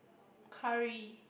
curry